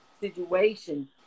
situation